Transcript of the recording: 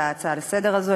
להצעה לסדר-היום הזאת,